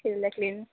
फुडलें क्लीन